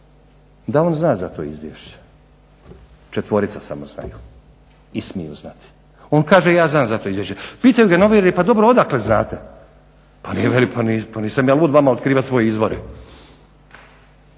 da on zna za to izvješće. Četvorica samo znaju i smiju znati. On kaže ja znam za to izvješće. Pitaju ga novinari pa dobro odakle znate? Pa nisam ja lud vama otkrivati svoje izvore.